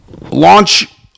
launch